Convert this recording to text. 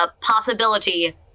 possibility